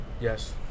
Yes